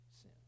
sin